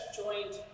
joined